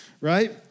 Right